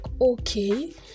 okay